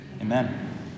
Amen